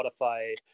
Spotify